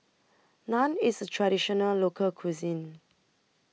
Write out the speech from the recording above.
Naan IS A Traditional Local Cuisine